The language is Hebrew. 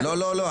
לא, לא.